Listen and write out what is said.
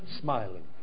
smiling